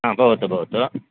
हा भवतु भवतु